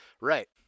Right